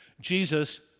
Jesus